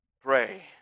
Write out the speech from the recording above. pray